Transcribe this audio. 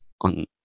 on